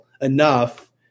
enough